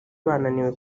bananiwe